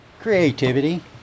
creativity